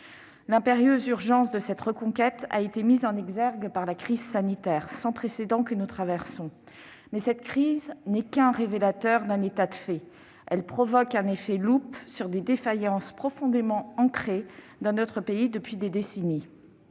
L'impérieuse urgence de cette reconquête a été mise en exergue par la crise sanitaire sans précédent que nous traversons. Mais cette crise ne fait que révéler un état de fait, provoquant un effet de loupe sur des défaillances profondément ancrées dans notre pays depuis des décennies.